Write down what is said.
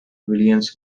villains